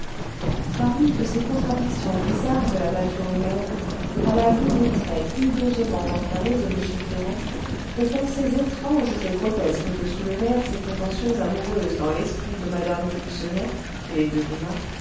par une de ces contradictions bizarres de la nature humaine à la vue des traits hideusement enflammés de m ferrand aux pensées étranges et grotesques que soulevèrent ses prétentions amoureuses dans l'esprit de mme de lucenay qui les devina